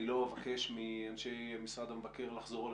אני לא אבקש מאנשי משרד המבקר לחזור על